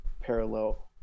parallel